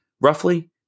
roughly